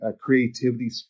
creativity